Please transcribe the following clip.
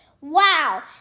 Wow